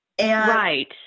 Right